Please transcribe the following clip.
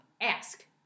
ask